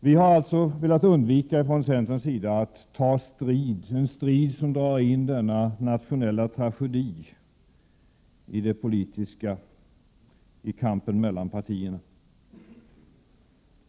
Vi har alltså från centerns sida velat undvika att ta strid, en strid som drar in denna nationella tragedi i den politiska kampen mellan partierna.